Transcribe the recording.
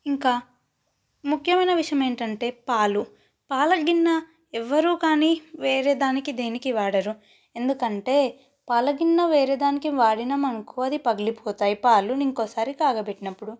ఇంకా ముఖ్యమైన విషయం ఏంటంటే పాలు పాలగిన్నె ఎవరు కానీ వేరే దానికి దేనికి వాడరు ఎందుకంటే పాలగిన్నె వేరే దానికి వాడినాం అనకో అది పగిలిపోతాయి పాలు ఇంకోసారి కాగిపెట్టినప్పుడు